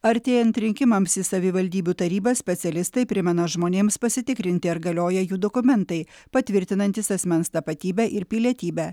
artėjant rinkimams į savivaldybių tarybas specialistai primena žmonėms pasitikrinti ar galioja jų dokumentai patvirtinantys asmens tapatybę ir pilietybę